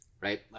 right